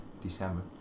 December